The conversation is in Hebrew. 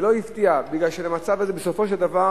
זה לא הפתיע, מכיוון שבמצב הזה בסופו של דבר